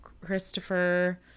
Christopher